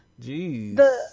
Jeez